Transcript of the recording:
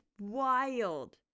wild